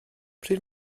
pryd